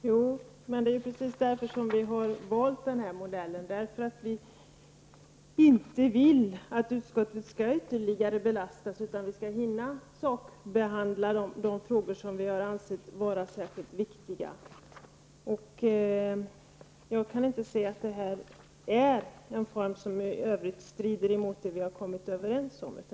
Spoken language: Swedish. Herr talman! Det är precis därför som vi har valt den här modellen. Miljöpartiet vill inte att utskottet skall belastas ytterligare, utan att utskottet skall hinna sakbehandla de frågor som vi har ansett särskilt viktiga. Jag kan inte se att detta är en form som strider mot det vi har kommit överens om.